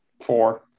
Four